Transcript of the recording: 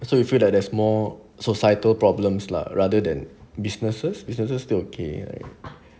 so you feel that there's more societal problems lah rather than businesses businesses still okay right